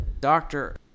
doctor